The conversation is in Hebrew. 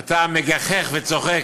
אתה מגחך וצוחק.